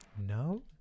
No